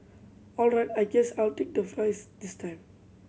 all right I guess I'll take the fries this time